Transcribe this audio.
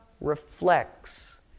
reflects